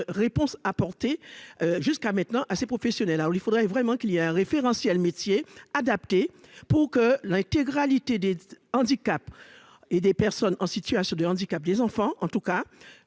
réponses apportées jusqu'à maintenant à ces professionnels là où il faudrait vraiment qu'il y a un référentiel métier adapté pour que l'intégralité des handicaps et des personnes en situation de handicap des enfants en tout cas.